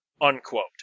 unquote